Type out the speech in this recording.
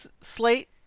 slate